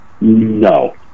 No